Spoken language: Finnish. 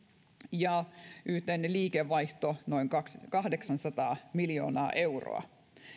ja yhteinen liikevaihto noin kahdeksansataa miljoonaa euroa